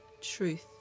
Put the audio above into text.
truth